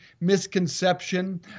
misconception